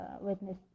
witness